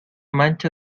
mancha